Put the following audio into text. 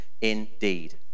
indeed